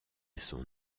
son